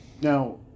Now